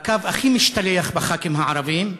את הקו הכי משתלח בח"כים הערבים.